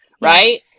Right